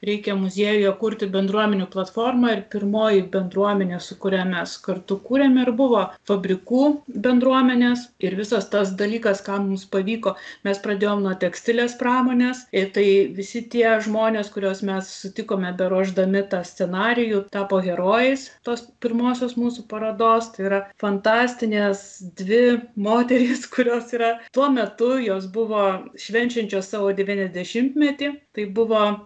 reikia muziejuje kurti bendruomenių platformą ir pirmoji bendruomenė su kuria mes kartu kūrėm ir buvo fabrikų bendruomenės ir visas tas dalykas ką mums pavyko mes pradėjom nuo tekstilės pramonės ir tai visi tie žmonės kuriuos mes sutikome beruošdami tą scenarijų tapo herojais tos pirmosios mūsų parodos tai yra fantastinės dvi moterys kurios yra tuo metu jos buvo švenčiančios savo devyniasdešimtmetį tai buvo